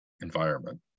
environment